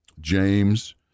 James